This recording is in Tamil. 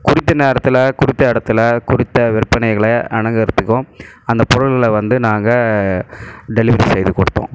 குறித்த நேரத்தில் குறித்த இடத்துல குறித்த விற்பனைகளை அணுகிறத்துக்கும் அந்த பொருள்களை வந்து நாங்கள் டெலிவரி செய்து கொடுத்தோம்